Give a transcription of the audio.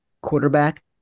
Quarterback